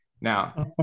Now